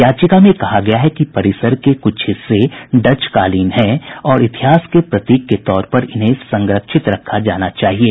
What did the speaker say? याचिका में कहा गया है कि परिसर के कुछ हिस्से डचकालीन हैं और इतिहास के प्रतीक के तौर पर इन्हें संरक्षित रखा जाना चाहिये